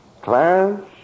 Clarence